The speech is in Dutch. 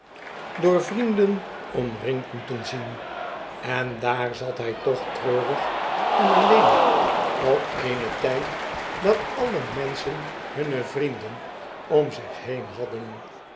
door vrienden omringd moeten zien en daar zat hy toch treurig en alleen op eenen tgd dat alle menschen hunne vrienden om zich heen hadden